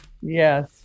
yes